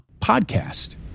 Podcast